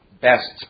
best